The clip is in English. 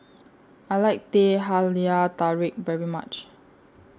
I like Teh Halia Tarik very much